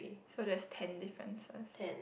so there's ten differences